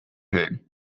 him